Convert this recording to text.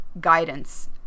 guidance